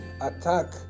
attack